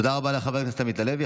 תודה רבה לחבר הכנסת עמית הלוי.